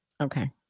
Okay